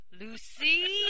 Lucy